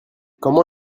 comment